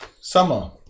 summer